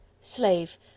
Slave